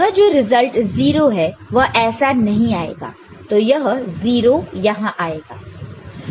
तो यह जो रिजल्ट 0 है वह ऐसा नहीं आएगा तो यह 0 यहां आएगा